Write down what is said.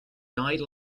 died